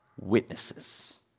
witnesses